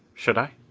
should i?